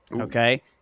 okay